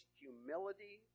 humility